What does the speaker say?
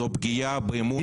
זו פגיעה באמון הציבור.